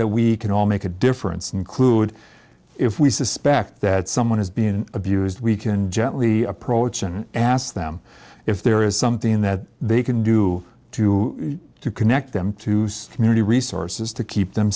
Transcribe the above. that we can all make a difference include if we suspect that someone has been abused we can gently approach and ask them if there is something that they can do to connect them to community resources to keep them